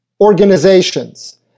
organizations